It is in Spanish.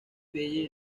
fiyi